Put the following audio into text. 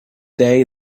day